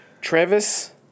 Travis